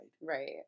right